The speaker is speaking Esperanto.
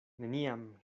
neniam